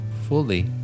fully